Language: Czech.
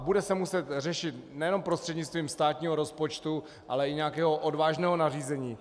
Bude se muset řešit nejenom prostřednictvím státního rozpočtu, ale i nějakého odvážného nařízení.